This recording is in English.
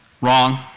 Wrong